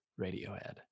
Radiohead